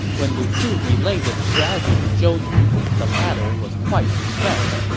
when lu su relayed this strategy to zhou yu, the latter was quite impressed.